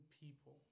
people